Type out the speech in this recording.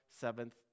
seventh